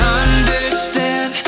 understand